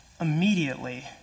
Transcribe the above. Immediately